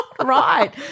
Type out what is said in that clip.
right